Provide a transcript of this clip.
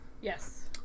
Yes